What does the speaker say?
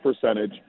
percentage